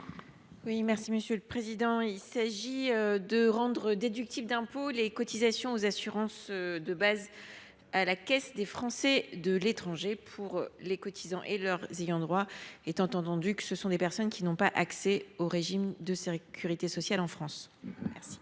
à Mme Corinne Narassiguin. Il s’agit de rendre déductibles des impôts les cotisations aux assurances de base à la Caisse des Français de l’étranger pour les cotisants et leurs ayants droit, étant entendu que ces personnes n’ont pas accès au régime de sécurité sociale en France. Quel